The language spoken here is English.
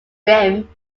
rim